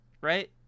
right